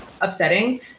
upsetting